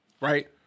right